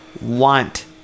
want